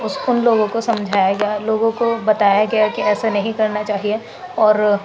اس کو ان لوگوں کو سمجھایا گیا لوگوں کو بتایا گیا کہ ایسے نہیں کرنا چاہیے اور